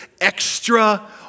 Extra